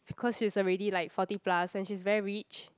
because she's already like forty plus and she's very rich